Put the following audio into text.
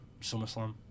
SummerSlam